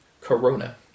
corona